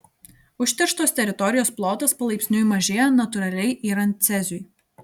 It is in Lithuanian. užterštos teritorijos plotas palaipsniui mažėja natūraliai yrant ceziui